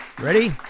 Ready